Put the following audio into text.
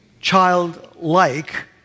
childlike